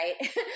right